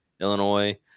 Illinois